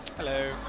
hello.